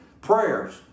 prayers